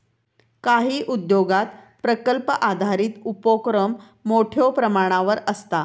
काही उद्योगांत प्रकल्प आधारित उपोक्रम मोठ्यो प्रमाणावर आसता